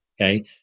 okay